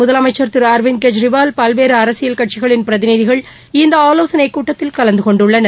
முதலமைச்சர் திரு அரவிந்த் கெஜ்ரிவால் பல்வேறு அரசியல் கட்சிகளின் பிரதிநிதிகள் இந்த ஆலோசனைக் கூட்டத்தில் கலந்து கொண்டுள்ளனர்